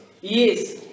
Yes